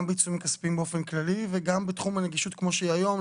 גם בעיצומים כספיים באופן כללי וגם בתחום הנגישות כמו שהיא היום,